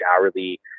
hourly